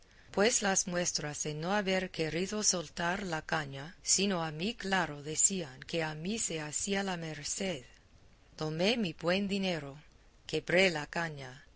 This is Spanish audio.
pues las muestras de no haber querido soltar la caña sino a mí claro decían que a mí se hacía la merced tomé mi buen dinero quebré la caña